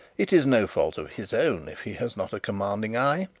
it is no fault of his own if he has not a commanding eye,